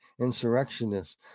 Insurrectionists